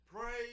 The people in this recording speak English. Praise